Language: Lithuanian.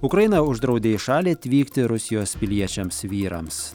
ukraina uždraudė į šalį atvykti rusijos piliečiams vyrams